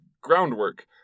groundwork